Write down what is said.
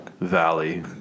Valley